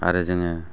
आरो जोङो